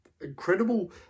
incredible